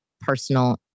personal